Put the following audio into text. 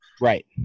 Right